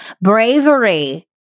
Bravery